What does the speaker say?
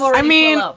i mean,